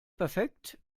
perfekt